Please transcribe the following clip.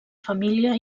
família